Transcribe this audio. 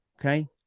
okay